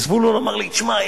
וזבולון אמר לי: שמע,